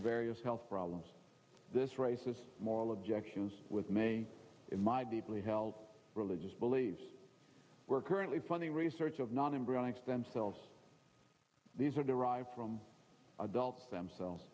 various health problems this raises moral objections with me in my deeply held religious beliefs we're currently funding research of non embryonic stem cells these are derived from adult stem